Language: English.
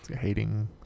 hating